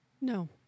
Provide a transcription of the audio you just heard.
No